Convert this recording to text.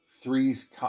three's